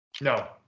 no